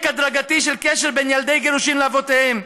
הדרגתי של קשר בין ילדי גירושין לאבותיהם.